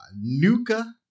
Nuka